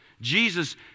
Jesus